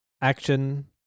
action